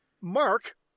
mark